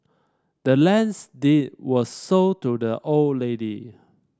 the land's deed was sold to the old lady